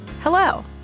Hello